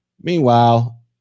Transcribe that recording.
meanwhile